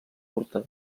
curta